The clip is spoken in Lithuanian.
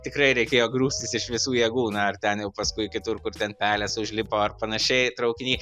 tikrai reikėjo grūstis iš visų jėgų na ir ten jau paskui kitur kur ten pelės užlipo ar panašiai traukiny